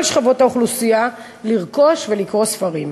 שכבות האוכלוסייה לרכוש ולקרוא ספרים.